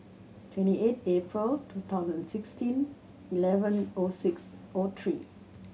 twenty eight April two thousand sixteen eleven O six O three